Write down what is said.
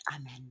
Amen